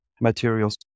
materials